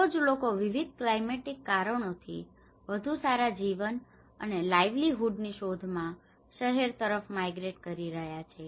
દરરોજ લોકો વિવિધ ક્લાયમેટિક કારણોથી વધુ સારા જીવન અને લાઈવલીહૂડ ની શોધ માં શહેર તરફ માઈગ્રેટ કરી રહ્યા છે